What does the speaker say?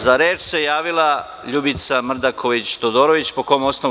Za reč se javila Ljubica Mrdaković Todorović, po kom osnovu?